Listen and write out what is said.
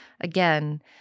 again